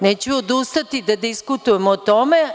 Neću odustati da diskutujemo o tome.